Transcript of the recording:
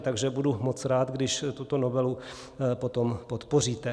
Takže budu moc rád, když tuto novelu potom podpoříte.